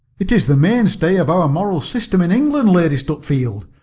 it is the mainstay of our moral system in england, lady stutfield.